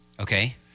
Okay